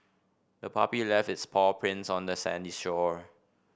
the puppy left its paw prints on the sandy shore